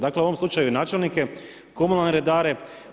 Dakle, u ovom slučaju načelnike, komunalne redare.